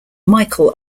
michael